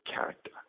character